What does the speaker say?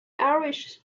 irish